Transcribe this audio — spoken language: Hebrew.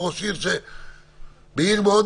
משעה שלוש עד שש-שבע בערב.